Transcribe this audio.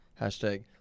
hashtag